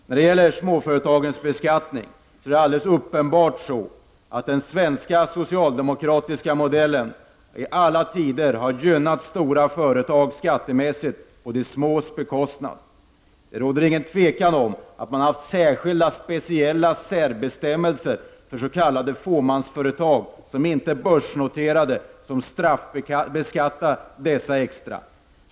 När det gäller småföretagens beskattning är det alldeles uppenbart att den svenska socialdemokratiska modellen hela tiden har gynnat stora företag på de smås bekostnad. Det är inget tvivel om att man genom särskilda särbestämmelser för de s.k. fåmansföretagen, som inte är börsnoterade, straffbeskattar dessa extra.